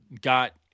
got